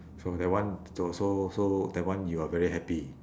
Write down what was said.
so that one also so that one you are very happy